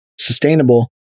sustainable